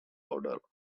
odor